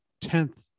tenth